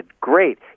great